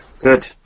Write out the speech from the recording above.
Good